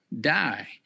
die